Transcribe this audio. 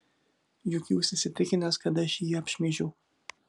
juk jūs įsitikinęs kad aš jį apšmeižiau